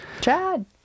Chad